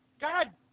God